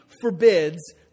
forbids